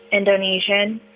indonesian,